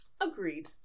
Agreed